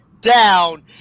down